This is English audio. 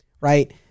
right